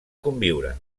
conviure